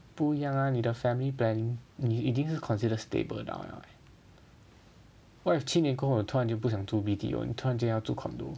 不一样 ah 你的 family planning 你已经是 consider stable down 了 what if 七年过后突然间你就不想住 B_T_O 你突然间要住 condo